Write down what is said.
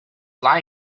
lie